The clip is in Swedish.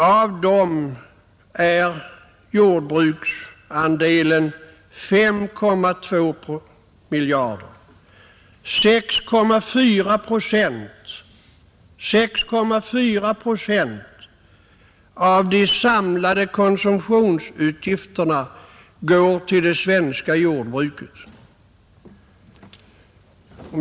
Av dem är jordbruksandelen 5,2 miljarder kronor. 6,4 procent av de samlade konsumtionsutgifterna går till det svenska jordbruket.